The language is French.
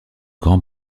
grand